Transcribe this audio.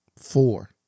four